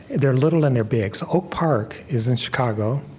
they're little, and they're big. so oak park is in chicago.